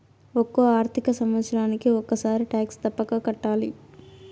ఒక్కో ఆర్థిక సంవత్సరానికి ఒక్కసారి టాక్స్ తప్పక కట్టాలి